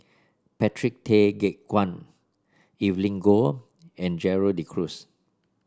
Patrick Tay Teck Guan Evelyn Goh and Gerald De Cruz